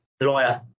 lawyer